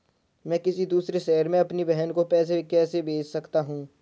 मैं किसी दूसरे शहर से अपनी बहन को पैसे कैसे भेज सकता हूँ?